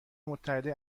متحده